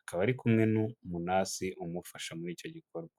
akaba ari kumwe n'umunasi umufasha muri icyo gikorwa.